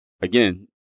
again